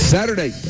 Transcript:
Saturday